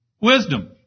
wisdom